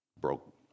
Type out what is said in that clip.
Broke